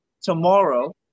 tomorrow